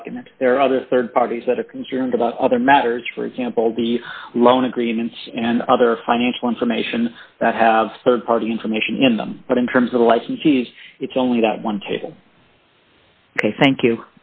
document there are other rd parties that are concerned about other matters for example the loan agreements and other financial information that have rd party information in them but in terms of the licensees it's only that one table ok thank you